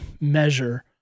measure